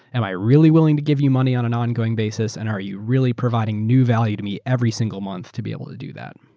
am i really willing to give you money on an ongoing basis and are you really providing new value to me every single month to be able to do that?